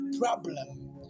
Problem